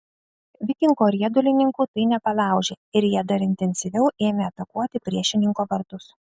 vikingo riedulininkų tai nepalaužė ir jie dar intensyviau ėmė atakuoti priešininko vartus